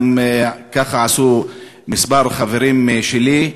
וככה עשו גם כמה חברים שלי,